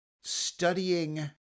studying